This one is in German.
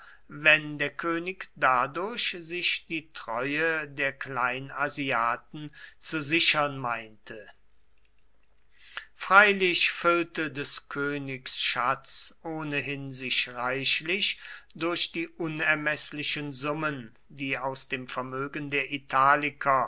wenn der könig dadurch sich die treue der kleinasiaten zu sichern meinte freilich füllte des königs schatz ohnehin sich reichlich durch die unermeßlichen summen die aus dem vermögen der italiker